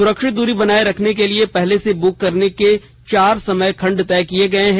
सुरक्षित दूरी बनाये रखने के लिए पहले से बुक करने के चार समय खंड तय किये गए हैं